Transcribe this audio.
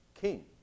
king